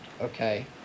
okay